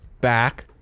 back